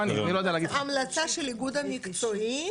המלצה של האיגוד המקצועי,